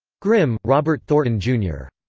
grimm, robert thornton, jr.